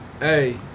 Hey